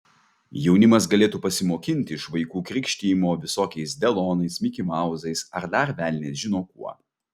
jaunimas galėtų pasimokinti iš vaikų krikštijimo visokiais delonais mikimauzais ar dar velnias žino kuo